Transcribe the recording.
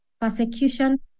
persecution